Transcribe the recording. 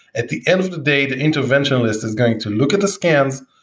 at the end of the day the intervention list is going to look at the scans,